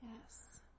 Yes